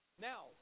Now